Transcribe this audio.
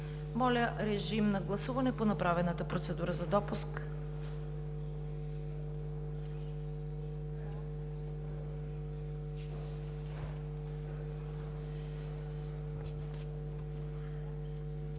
Моля, режим на гласуване по направената процедура за допуск.